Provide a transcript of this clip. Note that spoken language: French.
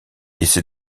essaie